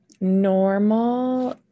normal